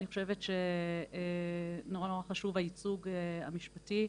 אני חושבת שמאוד חשוב הייצוג המשפטי,